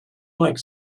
like